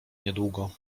niedługo